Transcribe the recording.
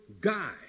guy